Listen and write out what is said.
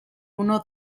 uno